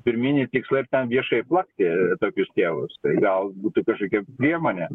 pirminį tikslą ir ten viešai plakti tokius tėvus gal būtų kažkokia priemonė